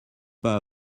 pas